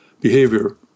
behavior